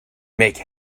make